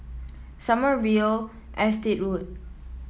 Sommerville Estate Road